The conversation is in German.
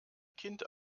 kind